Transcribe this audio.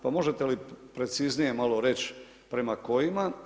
Pa možete li preciznije malo reći prema kojima.